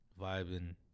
vibing